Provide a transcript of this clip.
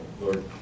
Lord